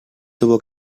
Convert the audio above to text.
tuvo